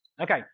Okay